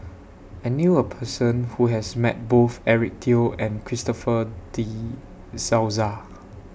I knew A Person Who has Met Both Eric Teo and Christopher De Souza